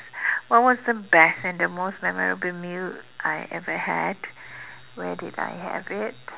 what was the best and the most memorable meal I ever had where did I have it